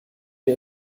wir